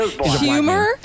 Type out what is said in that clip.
Humor